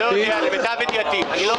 למיטב ידיעתי.